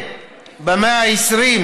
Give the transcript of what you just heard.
שבמאה ה-21